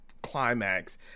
climax